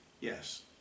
Yes